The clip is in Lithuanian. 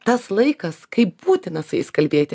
tas laikas kai būtina su jais kalbėti